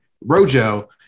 Rojo